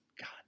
God